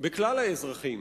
בכלל האזרחים.